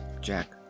Jack